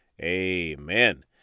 amen